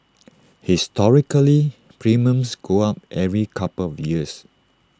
historically premiums go up every couple of years